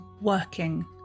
working